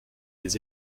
les